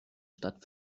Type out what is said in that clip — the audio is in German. stadt